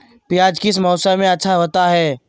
प्याज किस मौसम में अच्छा होता है?